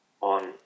on